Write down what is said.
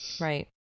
Right